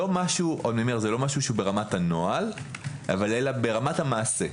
זה לא משהו שהוא ברמת הנוהל, אלא ברמת המעשה.